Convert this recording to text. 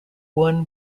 won